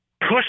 push